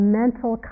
mental